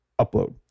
upload